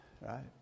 right